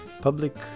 public